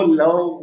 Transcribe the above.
love